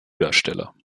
darsteller